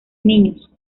niños